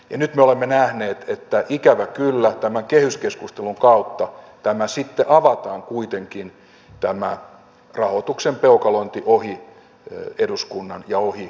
nyt me olemme nähneet että ikävä kyllä tämän kehyskeskustelun kautta sitten avataan kuitenkin tämä rahoituksen peukalointi ohi eduskunnan ja ohi kansanvaltaisen päätöksenteon täällä